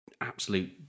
absolute